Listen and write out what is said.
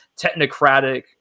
technocratic